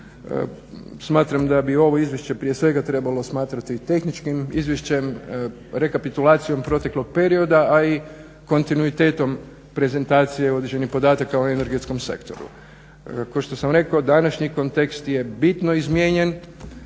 smatram da bi ovo izvješće prije svega trebalo smatrati tehničkim izvješćem rekapitulacijom proteklog perioda, a i kontinuitetom prezentacije određenih podataka o energetskom sektoru. Kao što sam rekao današnji kontekst je bitno izmijenjen